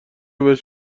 بهش